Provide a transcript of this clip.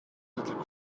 little